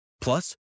Plus